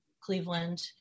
Cleveland